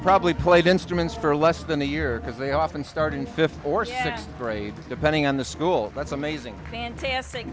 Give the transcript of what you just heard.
probably played instruments for less than a year because they often start in fifth or sixth graders depending on the school that's amazing fantastic